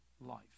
life